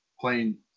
playing